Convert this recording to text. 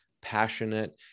passionate